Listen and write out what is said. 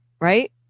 Right